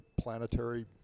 planetary